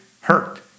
hurt